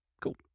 Cool